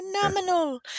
Phenomenal